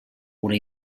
una